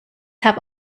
have